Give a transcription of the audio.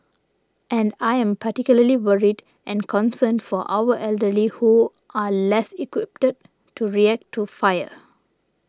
and I am particularly worried and concerned for our elderly who are less equipped to react to fire